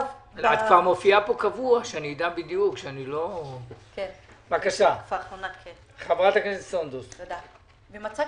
במצב